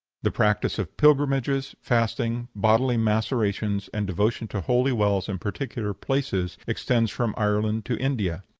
the practice of pilgrimages, fasting, bodily macerations, and devotion to holy wells and particular places, extends from ireland to india.